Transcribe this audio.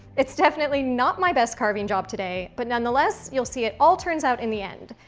it's definitely not my best carving job today but nonetheless, you'll see it all turns out in the end.